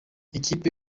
ikipe